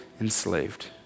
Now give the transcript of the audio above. enslaved